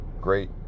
Great